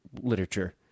literature